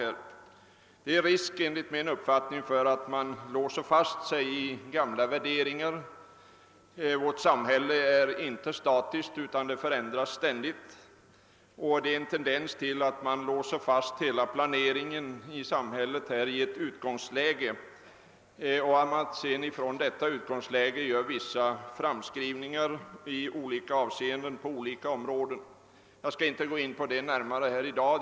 Enligt min uppfattning finns det risk för att man alltför mycket låser fast sig i gamla värderingar. Vårt samhälle är inte statiskt, utan det förändras ständigt, men det råder en tendens att man låser fast hela planeringen i samhället vid ett visst utgångsläge och sedan bara gör vissa framskrivningar i olika avseenden på skilda områden. Jag skall inte gå in på det närmare i dag.